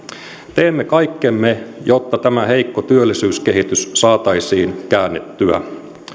teemme kaikkemme jotta tämä heikko työllisyyskehitys saataisiin käännettyä